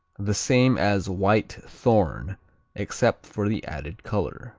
the same as whitethorn except for the added color